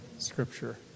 Scripture